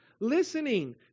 listening